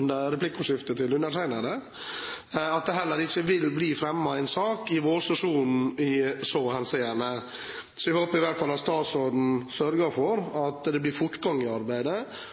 under replikkordskiftet med undertegnede, har bekreftet at det heller ikke vil bli fremmet en sak i vårsesjonen i så henseende. Jeg håper i hvert fall at statsråden sørger for at det blir fortgang i arbeidet,